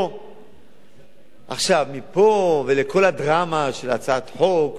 עכשיו מפה ולכל הדרמה של הצעת חוק במסגרת חוק-יסוד,